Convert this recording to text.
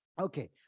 Okay